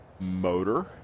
Motor